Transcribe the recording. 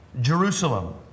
Jerusalem